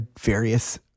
various